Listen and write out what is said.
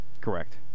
Correct